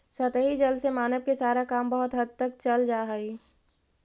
सतही जल से मानव के सारा काम बहुत हद तक चल जा हई